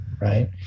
right